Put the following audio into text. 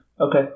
Okay